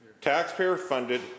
Taxpayer-funded